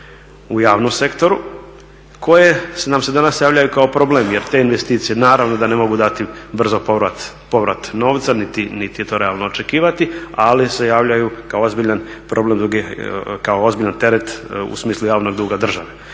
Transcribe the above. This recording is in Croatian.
u javnom sektoru koje nam se danas javljaju kao problem jer te investicije naravno da ne mogu dati brzo povrat novca niti je to realno očekivati, ali se javljaju kao ozbiljan teret u smislu javnog duga države.